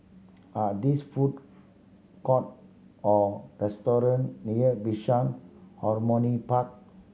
are these food court or restaurant near Bishan Harmony Park